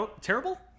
terrible